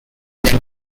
then